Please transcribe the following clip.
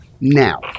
now